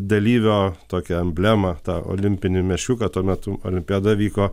dalyvio tokią emblemą tą olimpinį meškiuką tuo metu olimpiada vyko